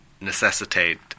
necessitate